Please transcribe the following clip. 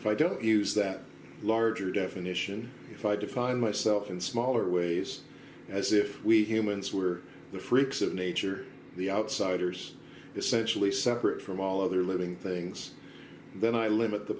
if i don't use that larger definition if i define myself in smaller ways as if we humans were the freaks of nature the outsiders essentially separate from all other living things then i limit the